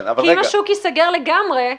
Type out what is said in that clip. אם השוק ייסגר לגמרי,